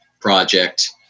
project